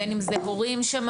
בין אם זה הורים שמעורבים.